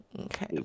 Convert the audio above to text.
Okay